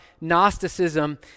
Gnosticism